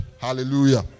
Hallelujah